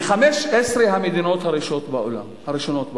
ל-15 המדינות הראשונות בעולם.